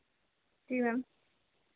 जी ma'am